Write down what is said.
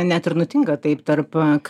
net ir nutinka taip tarp